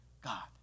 God